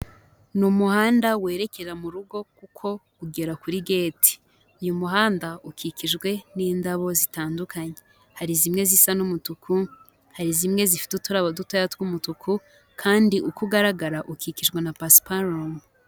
Ni umuhanda werekera mu rugo kuko ugera kuri geti. Uuyu muhanda ukikijwe n'indabo zitandukanye hari zimwe zisa n'umutuku, hari zimwe zifite uturabo dutoya tw'umutuku kandi uko ugaragara ukikijwe na pasiparumu.